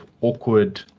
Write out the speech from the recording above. awkward